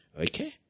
Okay